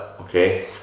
okay